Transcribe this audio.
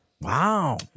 Wow